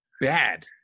bad